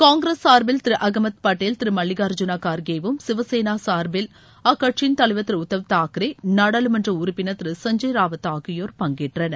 காங்கிரஸ் சார்பில் திரு அமமத் பட்டேல் திரு மல்லிகார்ஜுன கார்கேவும் சிவசேனா சார்பில் அக்கட்சியின் தலைவர் திரு உத்தவ் தாக்ரே நாடாளுமன்ற உறுப்பினர் திரு சஞ்சுப் ராவத் ஆகியோர் பங்கேற்றனர்